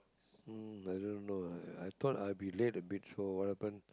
mm i don't know I I thought I be late a bit so what happen